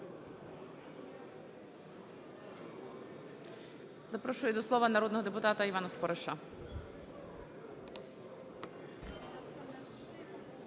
Запрошую до слова народного депутата Івана Спориша.